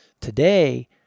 Today